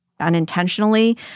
unintentionally